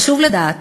חשוב לדעת